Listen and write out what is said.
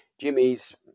Jimmy's